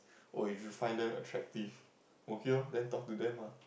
oh if you find them attractive okay loh then you talk to them ah